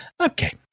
Okay